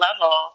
level